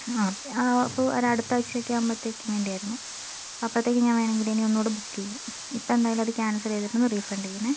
ആ അപ്പോൾ ഒരു അടുത്താഴ്ചയൊക്കെ ആവുമ്പോഴത്തേക്കും വേണ്ടിയായിരുന്നു അപ്പോഴത്തേക്കും ഞാൻ വേണമെങ്കിൽ ഇനി ഒന്നുകൂടി ബുക്ക് ചെയ്യാം ഇപ്പം എന്തായാലും അത് ക്യാൻസൽ ചെയ്തിട്ടൊന്ന് റീഫണ്ട് ചെയ്യണേ